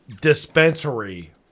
Dispensary